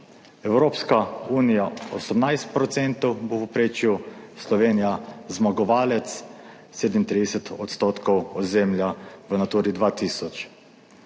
Evropska unija 18 % v povprečju, Slovenija zmagovalec, 37 % ozemlja v Naturi 2000.